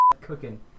cooking